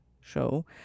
show